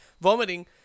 vomiting